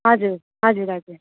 हजुर हजुर हजुर